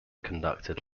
conducted